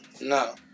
No